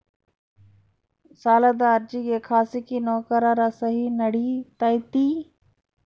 ಸಾಲದ ಅರ್ಜಿಗೆ ಖಾಸಗಿ ನೌಕರರ ಸಹಿ ನಡಿತೈತಿ?